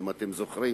אם אתם זוכרים,